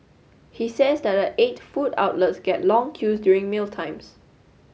he says that the eight food outlets get long queues during mealtimes